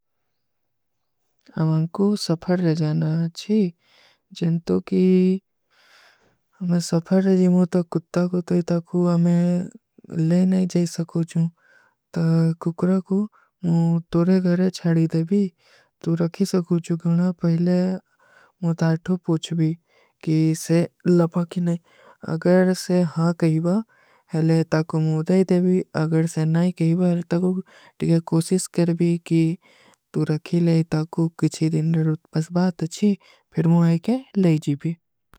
ଆମାନ କୋ ସଫର ରହା ଜାନା ଚୀ, ଜନତୋଂ କୀ ହମେଂ ସଫର ରହୀ ମୋତା କୁଟ୍ଟା କୋ ତୋଈ ତାକୋ ଆମେଂ ଲେ ନହୀଂ ଜାଈ ସକୂଚୂଂ। ତା କୁକରା କୋ ମୁଝେ ତୋରେ ଘରେ ଛାଡୀ ଦେଵୀ, ତୋ ରଖୀ ସକୂଚୂ। ପହଲେ ମୁଝେ ତାକୋ ପୂଛ ଭୀ କି ସେ ଲଭା କୀ ନହୀଂ, ଅଗର ସେ ହାଂ କହୀବା, ଅଲେ ତାକୋ ମୁଝେ ଦେଵୀ, ଅଗର ସେ ନହୀଂ କହୀବା, ଅଲେ ତାକୋ କୋସିସ କର ଭୀ କି ତୋ ରଖୀ ଲେ, ତାକୋ କିଛୀ ଦିନ ରୁଟ ପସ ବାତ ଚୀ, ଫିର ମୁଝେ କେ ଲେଜୀ ଭୀ।